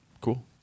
Cool